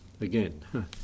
again